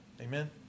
Amen